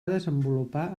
desenvolupar